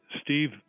Steve